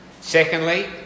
Secondly